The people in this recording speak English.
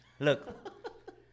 Look